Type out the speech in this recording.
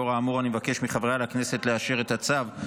לאור האמור, אני מבקש מחבריי לכנסת לאשר את הצו.